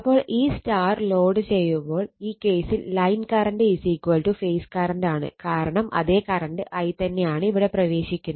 അപ്പോൾ ഈ Y load ചെയ്യുമ്പോൾ ഈ കേസിൽ ലൈൻ കറണ്ട് ഫേസ് കറണ്ട് ആണ് കാരണം അതേ കറണ്ട് I തന്നെയാണ് ഇവിടെ പ്രവേശിക്കുന്നത്